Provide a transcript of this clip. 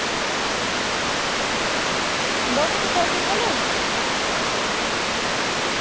दो सौ दो सौ चलग